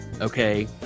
okay